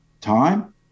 time